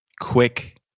quick